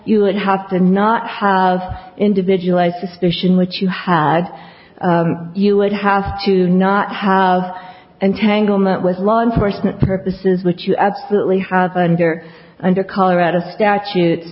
you would have to not have individualized suspicion which you had you would have to not have and tangle not with law enforcement purposes which you absolutely have under under colorado statute